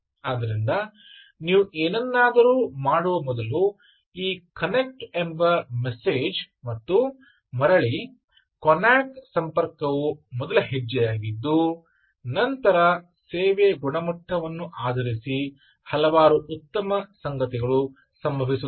ಆದ್ದರಿಂದ ನೀವು ಏನನ್ನಾದರೂ ಮಾಡುವ ಮೊದಲು ಈ 'ಕನೆಕ್ಟ್' ಎಂಬ ಮೆಸೇಜ್ ಮತ್ತು ಮರಳಿ ಕೊನಾಕ್ ಸಂಪರ್ಕವು ಮೊದಲ ಹೆಜ್ಜೆಯಾಗಿದ್ದು ನಂತರ ಸೇವೆಯ ಗುಣಮಟ್ಟವನ್ನು ಆಧರಿಸಿ ಹಲವಾರು ಉತ್ತಮ ಸಂಗತಿಗಳು ಸಂಭವಿಸುತ್ತವೆ